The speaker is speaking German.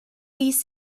ließ